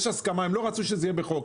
ויש הסכמה הם לא רצו שזה יהיה בחוק.